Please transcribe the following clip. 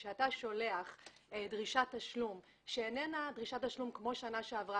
כאשר אתה שולח דרישת תשלום שאיננה דרישת תשלום כמו בשנה שעברה,